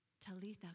Talitha